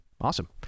awesome